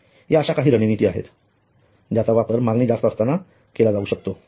या अश्या काही रणनीती आहेत ज्यांचा वापर मागणी जास्त असताना केला जाऊ शकतो